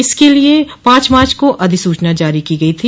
इसके लिए पांच मार्च को अधिसूचना जारी की गई थी